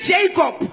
Jacob